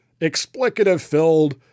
explicative-filled